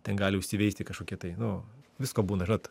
ten gali užsiveisti kažkokie tai nu visko būna žinot